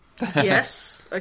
Yes